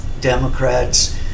Democrats